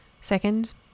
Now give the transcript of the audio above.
Second